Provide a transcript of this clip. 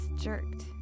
jerked